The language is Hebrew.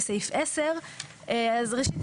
בסעיף 10. אז ראשית,